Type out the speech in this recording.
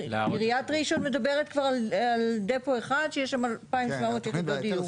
עיריית ראשון מדברת כבר על דפו אחד שיש שם 2,700 יחידות דיור.